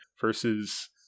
versus